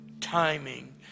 timing